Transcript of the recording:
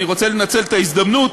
אני רוצה לנצל את ההזדמנות,